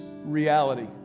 Reality